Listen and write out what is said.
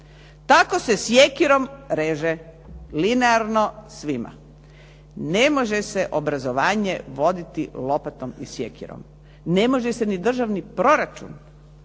tako se sjekirom reže linearno svima. Ne može se obrazovanje voditi lopatom i sjekirom, ne može se ni državni proračun